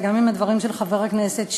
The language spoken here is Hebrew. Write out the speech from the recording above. וגם עם הדברים של חבר הכנסת שי.